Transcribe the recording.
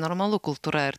normalu kultūra ar